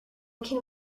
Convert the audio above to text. can